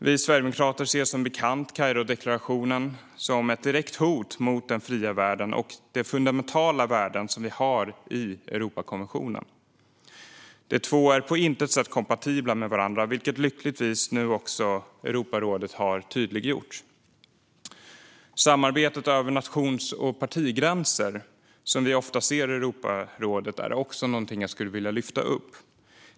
Vi sverigedemokrater ser som bekant Kairodeklarationen som ett direkt hot mot den fria världen och de fundamentala värden som vi har i Europakonventionen. De två är på intet sätt kompatibla med varandra, vilket lyckligtvis nu också Europarådet har tydliggjort. Samarbetet över nations och partigränser, som vi ofta ser i Europarådet, är också något jag vill lyfta upp.